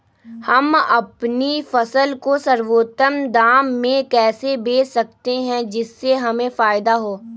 हम अपनी फसल को सर्वोत्तम दाम में कैसे बेच सकते हैं जिससे हमें फायदा हो?